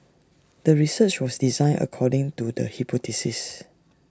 the research was designed according to the hypothesis